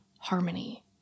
Harmony